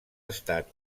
estat